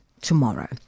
tomorrow